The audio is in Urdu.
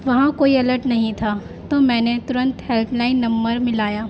وہاں کوئی الرٹ نہیں تھا تو میں نے ترنت ہیلپ لائن نمبر ملایا